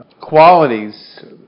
qualities